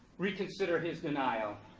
reconsider his denial.